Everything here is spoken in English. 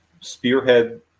spearhead